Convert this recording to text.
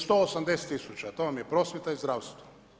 180 tisuća, to vam je prosvjeta i zdravstvo.